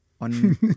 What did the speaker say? on